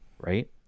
right